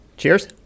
Cheers